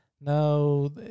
No